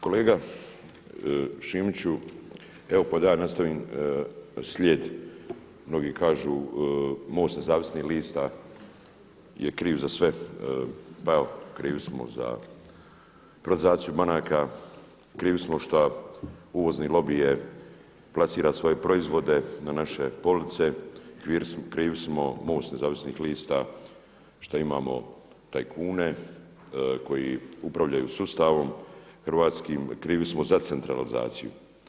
Kolega Šimiću, evo pa da ja nastavim slijed, mnogi kažu MOST Nezavisnih lista je kriv za sve, pa evo krivi smo za privatizaciju banaka, krivi smo šta uvozni lobi je plasira svoje proizvode na naše polici, krivi smo MOST Nezavisnih lista šta imamo tajkune koji upravljaju sustavom hrvatski, krivi smo za centralizaciju.